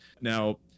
Now